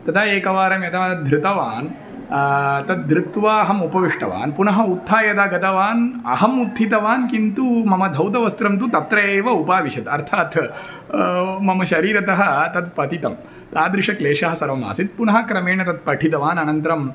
तदा एकवारं यदा धृतवान् तद्धृत्वा अहम् उपविष्टवान् पुनः उत्थाय यदा गतवान् अहम् उत्थितवान् किन्तु मम धौतवस्त्रं तु तत्रैव उपाविषत् अर्थात् मम शरीरतः तत् पतितं तादृशक्लेशः सर्वमासीत् पुनः क्रमेण तत् पठितवान् अनन्तरम्